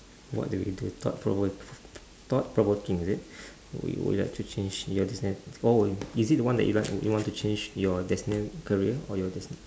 what do you do thought prov~ thought provoking is it would you like to change your destin~ oh is it the one that you write w~ would you want to change your destined career or your desti~